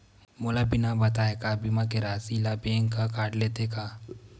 मोला बिना बताय का बीमा के राशि ला बैंक हा कत लेते का?